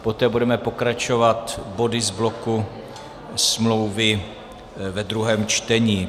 Poté budeme pokračovat body z bloku smlouvy ve druhém čtení.